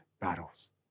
battles